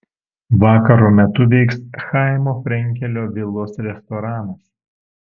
vakaro metu veiks chaimo frenkelio vilos restoranas